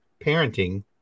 parenting